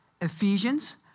Ephesians